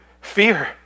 Fear